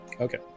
Okay